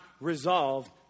resolved